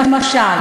למשל.